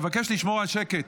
אבקש לשמור על שקט.